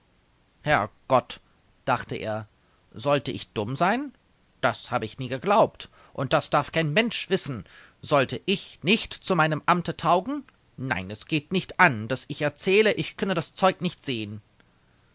gott dachte er sollte ich dumm sein das habe ich nie geglaubt und das darf kein mensch wissen sollte ich nicht zu meinem amte taugen nein es geht nicht an daß ich erzähle ich könne das zeug nicht sehen